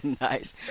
Nice